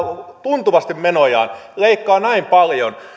tuntuvasti menojaan leikkaa näin paljon